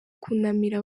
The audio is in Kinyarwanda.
kunamira